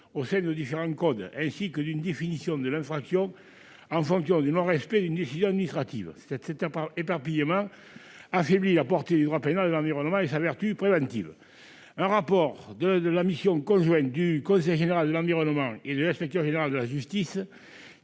au sein de différents codes, ainsi que d'une définition de l'infraction en fonction du non-respect d'une décision administrative. Cet éparpillement affaiblit la portée du droit pénal de l'environnement et sa vertu préventive. Le rapport de la mission conjointe du Conseil général de l'environnement et du développement durable et de